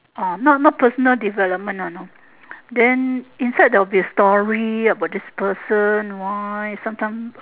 orh not not personal development ah no then inside there will be story about this person why sometime